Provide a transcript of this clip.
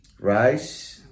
Rice